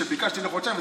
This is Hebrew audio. שביקשתי לחודשיים,